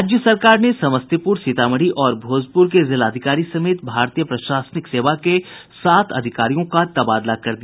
राज्य सरकार ने समस्तीपुर सीतामढ़ी और भोजपुर के जिलाधिकारी समेत भारतीय प्रशासनिक सेवा के सात अधिकारियों का तबादला कर दिया